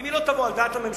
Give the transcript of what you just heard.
אם היא לא תבוא על דעת הממשלה,